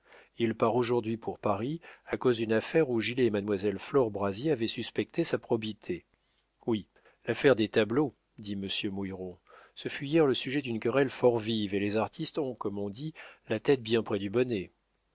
il part aujourd'hui pour paris à cause d'une affaire où gilet et mademoiselle flore brazier avaient suspecté sa probité oui l'affaire des tableaux dit monsieur mouilleron ce fut hier le sujet d'une querelle fort vive et les artistes ont comme on dit la tête bien près du bonnet